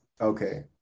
Okay